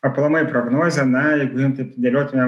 aplamai prognozę na jeigu imti dėliotumėm